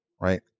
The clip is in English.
Right